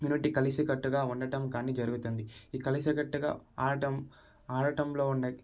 unity కలిసి కట్టుగా ఉండడం కానీ జరుగుతుంది ఈ కలిసి కట్టుగా ఆడటం ఆడటంలో ఉన్న